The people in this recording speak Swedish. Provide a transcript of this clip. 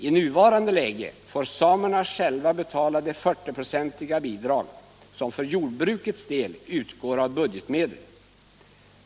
I nuvarande läge får samerna själva betala det 40 6-iga bidrag som för jordbrukets del utgår av budgetmedel.